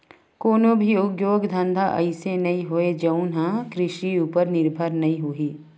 कोनो भी उद्योग धंधा अइसे नइ हे जउन ह कृषि उपर निरभर नइ होही